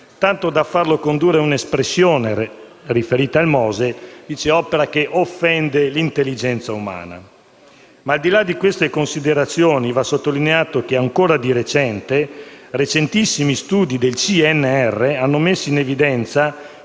tanto da fargli dire, con riferimento al MOSE: «opera che offende l'intelligenza umana». Ma al di là di queste considerazioni, va sottolineato che, ancora di recente, recentissimi studi del CNR hanno messo in evidenza